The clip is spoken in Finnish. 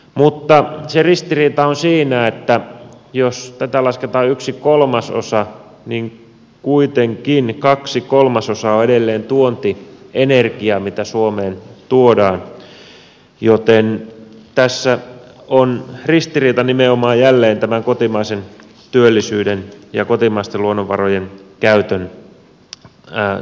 mutta se ristiriita on siinä että jos tätä lasketaan yksi kolmasosa niin kuitenkin kaksi kolmasosaa on edelleen tuontienergiaa mitä suomeen tuodaan joten tässä on ristiriita nimenomaan jälleen tämän kotimaisen työllisyyden ja kotimaisten luonnonvarojen käytön suhteen